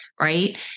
right